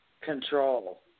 control